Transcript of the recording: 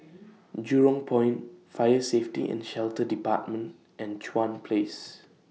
Jurong Point Fire Safety and Shelter department and Chuan Place